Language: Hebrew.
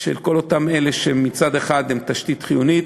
של כל אותם אלה שמצד אחד הם תשתית חיונית,